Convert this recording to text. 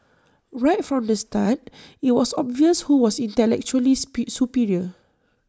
right from the start IT was obvious who was intellectually superior